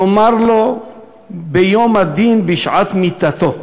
לומר לו ביום הדין, בשעת מיתתו,